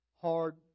hard